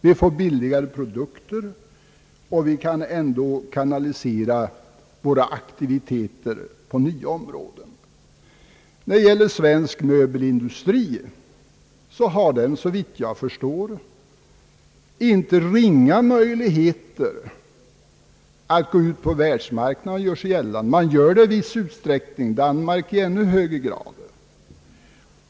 Vi får billigare produkter, och vi kan ändå kanalisera våra aktiviteter till nya områden. Svensk möbelindustri har såvitt jag förstår inte ringa möjligheter att gå ut på världsmarknaden och göra sig gällande. Man gör det i viss utsträckning, Danmark gör det i ännu högre grad.